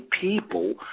people